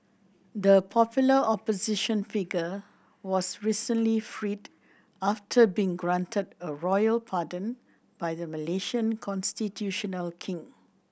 the popular opposition figure was recently freed after being granted a royal pardon by the Malaysian constitutional king